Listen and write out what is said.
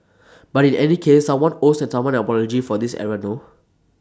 but in any case someone owes someone an apology for this error no